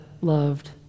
loved